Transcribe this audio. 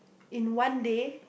in one day